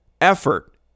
effort